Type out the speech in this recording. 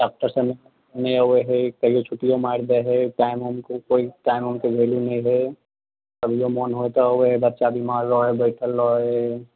doctor समय पर नहि अबैत हय कहिओ छुटियौ मारि दे हय टाइम ओमके कोइ टाइम ओमके वेल्यु नहि हय जभिये मन होइ तऽ अबैत हय बच्चा बीमार रहैत हय बैठल रहैत हय